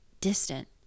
distant